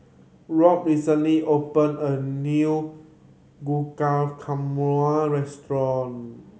Robb recently opened a new restaurant